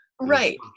Right